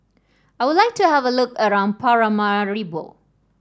I would like to have a look around Paramaribo